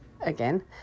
again